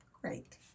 Great